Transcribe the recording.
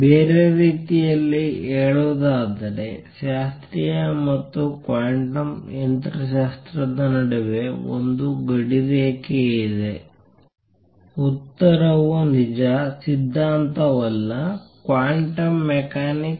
ಬೇರೆ ರೀತಿಯಲ್ಲಿ ಹೇಳುವುದಾದರೆ ಶಾಸ್ತ್ರೀಯ ಮತ್ತು ಕ್ವಾಂಟಮ್ ಯಂತ್ರಶಾಸ್ತ್ರದ ನಡುವೆ ಒಂದು ಗಡಿರೇಖೆ ಇದೆ ಉತ್ತರವು ನಿಜ ಸಿದ್ಧಾಂತವಲ್ಲ ಕ್ವಾಂಟಮ್ ಮೆಕ್ಯಾನಿಕ್ಸ್